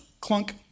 clunk